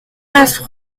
neuf